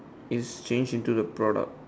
is changed into the product